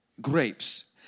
grapes